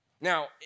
Now